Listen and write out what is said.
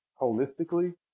holistically